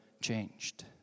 changed